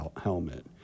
helmet